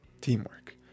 teamwork